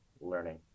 learning